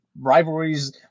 rivalries